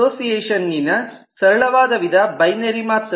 ಅಸೋಸಿಯೇಷನ್ನಿನ ಸರಳವಾದ ವಿಧ ಬೈನೆರಿ ಮಾತ್ರ